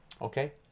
Okay